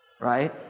right